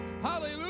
Hallelujah